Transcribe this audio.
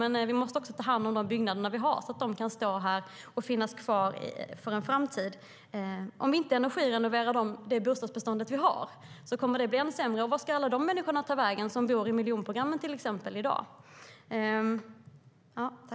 Men vi måste också ta hand om de byggnader som vi har, så att de kan finnas kvar i framtiden. Om vi inte energirenoverar det bostadsbestånd vi har kommer det att bli ännu sämre. Vart ska alla de människor som bor i till exempel miljonprogrammet i dag ta vägen?